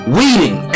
weeding